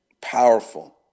Powerful